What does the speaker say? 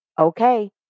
okay